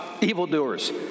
evildoers